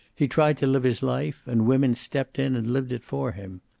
he tried to live his life, and women stepped in and lived it for him.